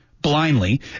blindly